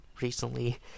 recently